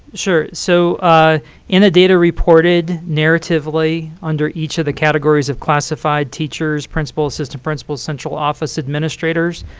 sure, so in the data reported narratively, under each of the categories of classified teachers, principal, assistant principals, central office administrators,